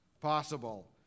possible